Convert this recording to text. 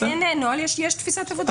אין נוהל; יש תפיסת עבודה.